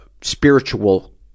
spiritual